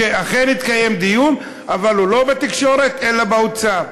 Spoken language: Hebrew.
שאכן התקיים דיון אבל הוא לא בתקשורת אלא באוצר.